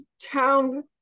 town